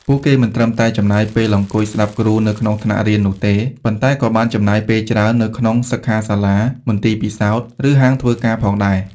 ពួកគេមិនត្រឹមតែចំណាយពេលអង្គុយស្តាប់គ្រូនៅក្នុងថ្នាក់រៀននោះទេ ប៉ុន្តែក៏បានចំណាយពេលច្រើននៅក្នុងសិក្ខាសាលា មន្ទីរពិសោធន៍ ឬហាងធ្វើការផងដែរ។